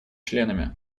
членами